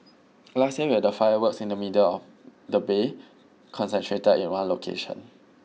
last year we had the fireworks in the middle of the Bay concentrated in one location